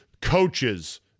coaches